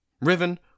Riven